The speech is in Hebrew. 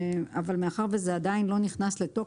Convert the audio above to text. מאחר שזה עדיין לא נכנס לתוקף,